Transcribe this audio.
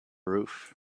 roof